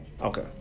Okay